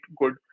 good